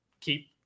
keep